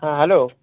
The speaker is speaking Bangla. হ্যাঁ হ্যালো